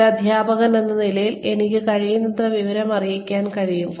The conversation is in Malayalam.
ഒരു അധ്യാപകനെന്ന നിലയിൽ എനിക്ക് കഴിയുന്നത്ര വിവരമറിയിക്കാൻ കഴിയും